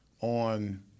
on